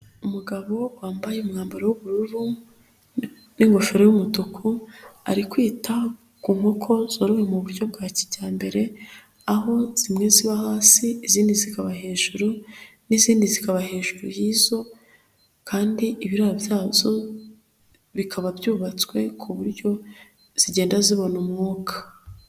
Umugabo wambaye umwambaro w'ubururu n'ingofero y'umutuku ari kwita ku nkoko zorowe mu buryo bwa kijyambere, aho zimwe ziba hasi izindi zikaba hejuru n'izindi zikaba hejuru y'izo, kandi ibiraro byazo bikaba byubatswe ku buryo zigenda zibona umwuka.